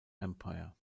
empire